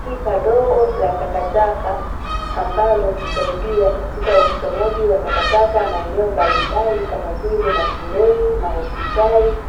Pipa dogo la takataka, ambalo husaidia katika ukusanyaji wa takataka maeneo mbalimbali kama vile mashuleni, mahospitali,